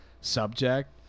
subject